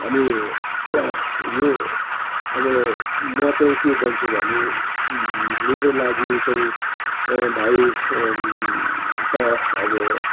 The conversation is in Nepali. अनि यो अब म चाहिँ के भन्छु भने मेरो लागि चाहिँ भाइ त अब